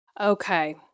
Okay